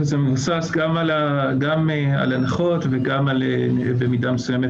וזה מבוסס עם על הנחות וגם במידה מסוימת